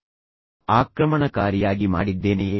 ನಾನು ಅದನ್ನು ಆಕ್ರಮಣಕಾರಿಯಾಗಿ ಮಾಡಿದ್ದೇನೆಯೇ